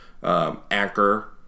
Anchor